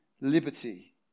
liberty